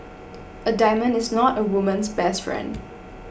a diamond is not a woman's best friend